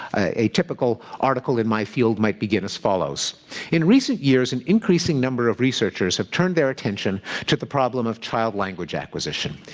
a typical article in my field might begin as follows in recent years, an increasing number of researchers have turned their attention to the problem of child language acquisition.